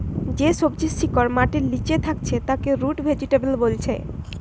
যে সবজির শিকড় মাটির লিচে থাকছে তাকে রুট ভেজিটেবল বোলছে